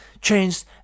changed